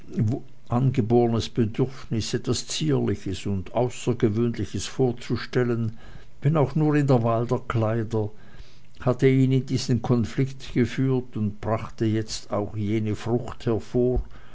angeborenes bedürfnis etwas zierliches und außergewöhnliches vorzustellen wenn auch nur in der wahl der kleider hatte ihn in diesen konflikt geführt und brachte jetzt auch jene furcht hervor